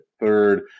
third